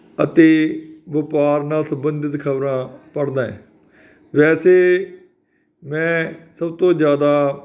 ਅਤੇ ਵਪਾਰ ਨਾਲ ਸੰਬੰਧਿਤ ਖਬਰਾਂ ਪੜ੍ਹਦਾ ਵੈਸੇ ਮੈਂ ਸਭ ਤੋਂ ਜਿਆਦਾ